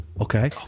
Okay